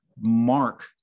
Mark